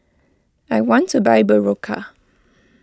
I want to buy Berocca